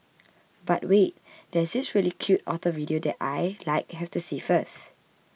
but wait there's this really cute otter video that I like have to see first